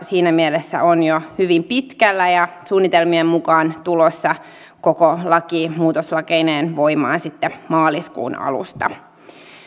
siinä mielessä on jo hyvin pitkällä ja suunnitelmien mukaan tulossa koko laki muutoslakeineen voimaan sitten maaliskuun alusta